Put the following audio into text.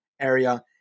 area